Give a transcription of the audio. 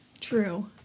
True